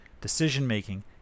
decision-making